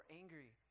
angry